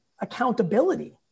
accountability